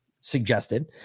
suggested